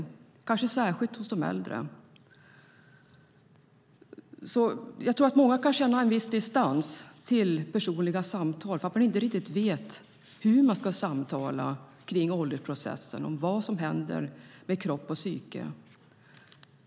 Det gäller kanske särskilt de äldre. Jag tror att många kan känna en viss distans till personliga samtal därför att man inte riktigt vet hur man ska samtala om åldrandeprocessen och vad som händer med kropp och psyke.